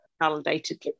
validated